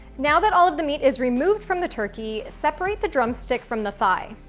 now that all of the meat is removed from the turkey, separate the drum stick from the thigh,